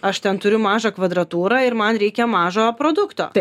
aš ten turiu mažą kvadratūrą ir man reikia mažo produkto